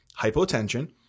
hypotension